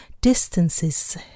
distances